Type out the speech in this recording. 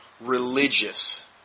religious